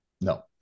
No